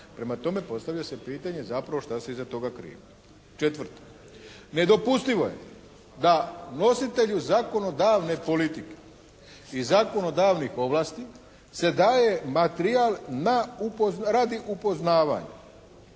Prema tome postavlja se pitanje zapravo šta se iza toga krije. Četvrto, nedopustivo je da nositelju zakonodavne politike i zakonodavnih ovlasti se daje materijal radi upoznavanja.